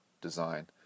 design